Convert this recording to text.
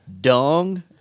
Dung